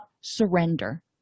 surrender